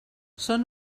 són